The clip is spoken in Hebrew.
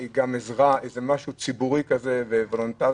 יש לי קצת ותק בוועדת חוקה.